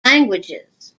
languages